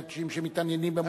אנשים שמתעניינים במוזיקה,